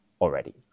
already